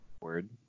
Word